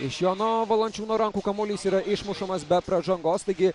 iš jono valančiūno rankų kamuolys yra išmušamas be pražangos taigi